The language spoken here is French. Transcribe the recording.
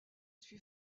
suis